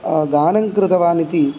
गानं कृतवानिति